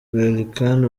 gallican